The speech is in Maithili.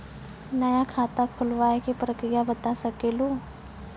नया खाता खुलवाए के प्रक्रिया बता सके लू?